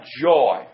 joy